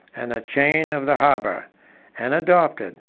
and the chain of the harbor and adopted,